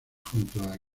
junto